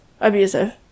abusive